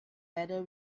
whether